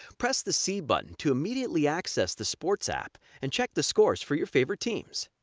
press the c button to immediately access the sports app and check the scores for your favorite teams,